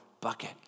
bucket